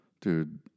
dude